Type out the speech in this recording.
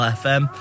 fm